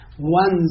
one